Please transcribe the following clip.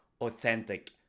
authentic